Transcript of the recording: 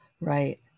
Right